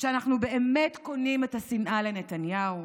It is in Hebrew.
שאנחנו באמת קונים את השנאה לנתניהו?